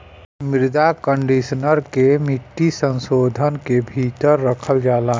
मृदा कंडीशनर के मिट्टी संशोधन के भीतर रखल जाला